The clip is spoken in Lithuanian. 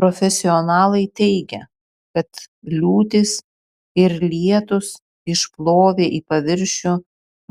profesionalai teigia kad liūtys ir lietūs išplovė į paviršių